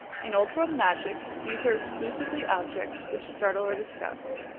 in old world magic these are exclusively objects which startle or disgust,